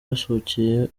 basohokeye